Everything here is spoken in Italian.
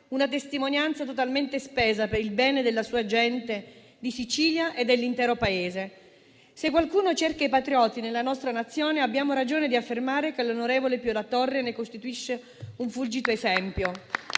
una testimonianza totalmente spesa per il bene della sua gente di Sicilia e dell'intero Paese. Se qualcuno cerca i patrioti nella nostra Nazione, abbiamo ragione di affermare che l'onorevole Pio La Torre ne costituisce un fulgido esempio.